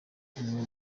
amwe